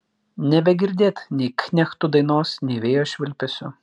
nebegirdėt nei knechtų dainos nei vėjo švilpesio